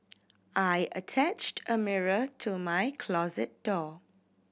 I attached a mirror to my closet door